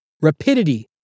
rapidity